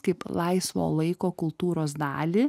kaip laisvo laiko kultūros dalį